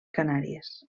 canàries